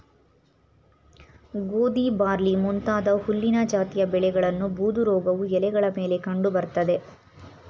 ಗೋಧಿ ಬಾರ್ಲಿ ಮುಂತಾದ ಹುಲ್ಲಿನ ಜಾತಿಯ ಬೆಳೆಗಳನ್ನು ಬೂದುರೋಗವು ಎಲೆಗಳ ಮೇಲೆ ಕಂಡು ಬರ್ತದೆ